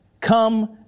Come